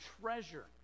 treasure